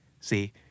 See